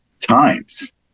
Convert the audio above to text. times